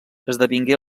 esdevingué